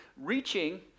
reaching